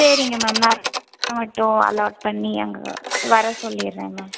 சரிங்க மேம் நான் இது மட்டும் அலாட் பண்ணி அங்கே வர சொல்லிடுறேன் மேம்